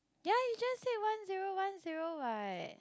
ya you just take one zero one zero what